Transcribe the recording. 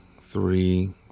three